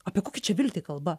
apie kokią čia viltį kalba